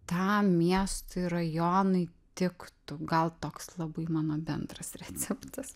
tam miestui rajonui tik gal toks labai mano bendras receptas